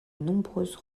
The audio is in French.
nombreuses